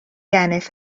ennill